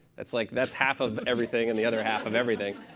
it's like, that's half of everything and the other half of everything.